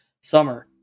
summer